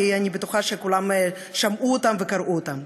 כי אני בטוחה שכולם שמעו אותם וקראו אותם.